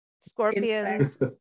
scorpions